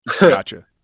Gotcha